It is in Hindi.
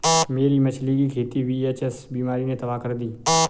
मेरी मछली की खेती वी.एच.एस बीमारी ने तबाह कर दी